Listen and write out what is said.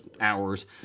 hours